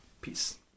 Peace